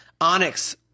Onyx